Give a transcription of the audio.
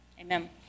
Amen